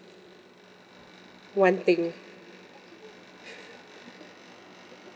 one thing